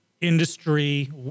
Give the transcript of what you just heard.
industry